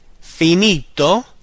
Finito